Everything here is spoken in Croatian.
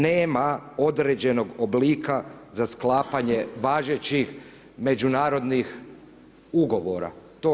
Nema određenog oblika za sklapanje važećih međunarodnih ugovora.